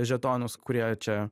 žetonus kurie čia